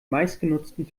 meistgenutzten